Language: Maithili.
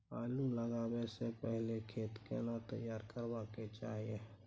आलू लगाबै स पहिले खेत केना तैयार करबा के चाहय?